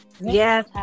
Yes